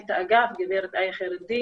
מנהלת האגף, הגב' איה חיראדין,